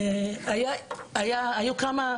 היו כמה,